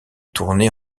tournées